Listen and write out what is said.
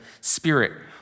Spirit